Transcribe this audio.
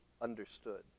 understood